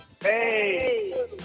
Hey